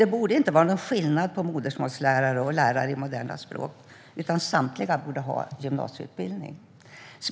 Det borde inte vara någon skillnad mellan modersmålslärare och lärare i moderna språk, utan samtliga borde ha gymnasiebehörighet.